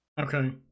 Okay